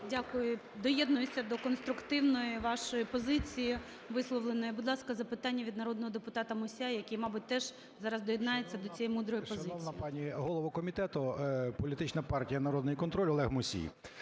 Дякую. Доєднуюся до конструктивної вашої позиції висловленої. Будь ласка, запитання від народного депутата Мусія, який, мабуть, теж зараз доєднається до цієї мудрої позиції.